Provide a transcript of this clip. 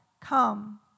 come